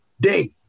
day